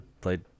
played